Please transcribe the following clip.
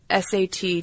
SAT